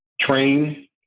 train